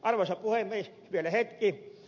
arvoisa puhemies vielä hetki